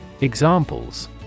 Examples